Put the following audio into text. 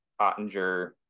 Ottinger